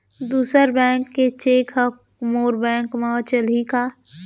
दूसर बैंक के चेक ह मोर बैंक म चलही का?